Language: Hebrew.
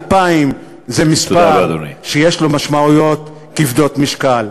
אלפיים זה מספר שיש לו משמעויות כבדות משקל.